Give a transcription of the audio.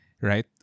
right